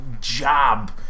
job